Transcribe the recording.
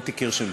מוטי קירשנבאום,